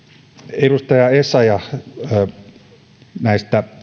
edustaja essayah kysyitte näistä